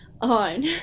on